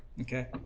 Okay